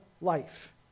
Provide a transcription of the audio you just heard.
life